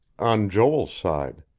on joel's side.